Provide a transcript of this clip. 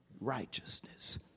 righteousness